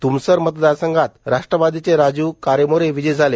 तुमसर मतदारसंघात राश्ट्रवादीचे राज् कारेमोरे विजयी झाले